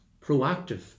proactive